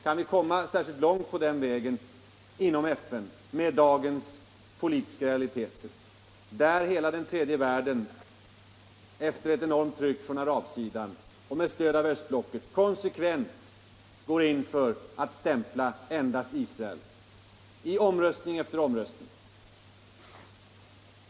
Kan vi komma särskilt långt på den vägen inom FN med dagens politiska realiteter, som innebär att hela den tredje världen — efter ett enormt tryck från arabsidan och med stöd av östblocket — konsekvent går in för att stämpla endast Israel i omröstning efter omröstning?